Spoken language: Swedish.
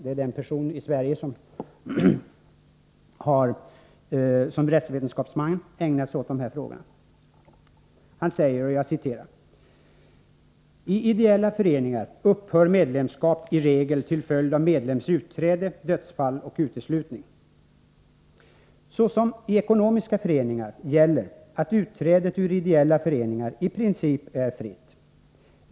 Carl Hemström är den rättsvetenskapsman i Sverige som ägnat sig åt dessa frågor. Han skriver: Såsom i ekonomiska föreningar gäller att utträdet ur ideella föreningar i princip är fritt.